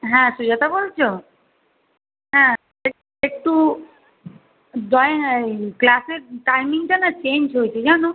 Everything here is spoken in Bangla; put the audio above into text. হ্যাঁ সুজাতা বলছ হ্যাঁ এক একটু ড্রয়িং এই ক্লাসের টাইমিংটা না চেঞ্জ হয়েছে জানো